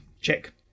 check